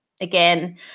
again